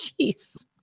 Jeez